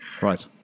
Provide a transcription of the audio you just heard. Right